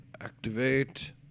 activate